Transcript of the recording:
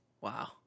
Wow